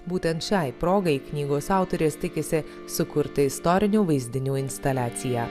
būtent šiai progai knygos autorės tikisi sukurti istorinių vaizdinių instaliaciją